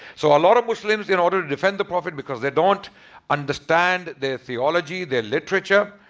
so a lot of muslims in order to defend the prophet because they don't understand their theology, their literature.